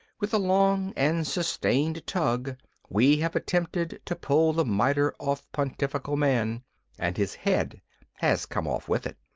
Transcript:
with a long and sustained tug we have attempted to pull the mitre off pontifical man and his head has come off with it.